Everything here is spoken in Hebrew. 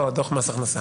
לא, דו"ח במס הכנסה.